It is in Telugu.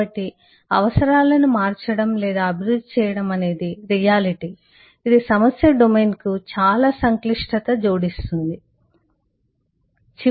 కాబట్టి అవసరాలను మార్చడం లేదా అభివృద్ధి చేయడం అనేది రియాలిటీ ఇది సమస్య డొమైన్కు చాలా సంక్లిష్టతను జోడిస్తుంది